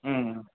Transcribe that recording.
ம் ம்